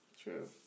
True